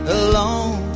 alone